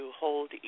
hold